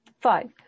five